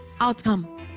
outcome